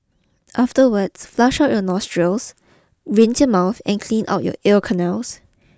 afterwards flush out your nostrils rinse your mouth and clean out you ear canals